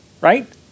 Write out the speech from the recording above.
right